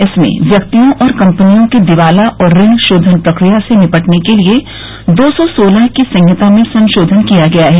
इसमें व्यक्तियों और कंपनियों की दिवाला और ऋण शोधन प्रक्रिया से निपटने के लिए दो सौ सोलह की संहिता में संशोधन किया गया है